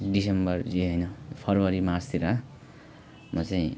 December जे हैन February मार्चतिर म चाहिँ